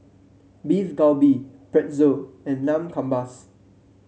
Beef Galbi Pretzel and Lamb Kebabs